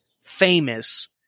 famous